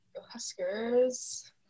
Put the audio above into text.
Huskers